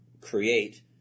create